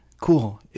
cool